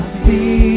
see